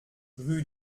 rue